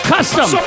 Custom